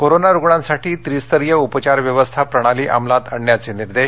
corona रुग्णांसाठी त्रिस्तरीय उपचार व्यवस्था प्रणाली अंमलात आणण्याचे निर्देश